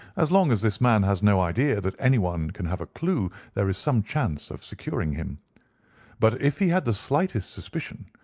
as long as this man has no idea that anyone can have a clue there is some chance of securing him but if he had the slightest suspicion,